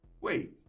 wait